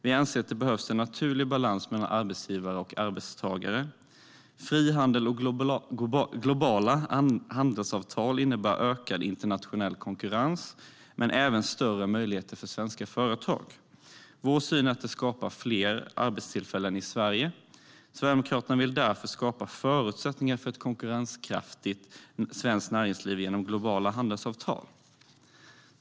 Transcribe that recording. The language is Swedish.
Vi anser att det behövs en naturlig balans mellan arbetsgivare och arbetstagare. Frihandel och globala handelsavtal innebär ökad internationell konkurrens men även större möjligheter för svenska företag. Vår syn är att detta skapar fler arbetstillfällen i Sverige. Sverigedemokraterna vill därför skapa förutsättningar för ett konkurrenskraftigt svenskt näringsliv genom globala handelsavtal.